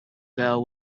girl